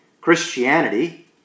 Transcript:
Christianity